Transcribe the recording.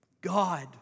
God